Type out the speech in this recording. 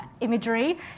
imagery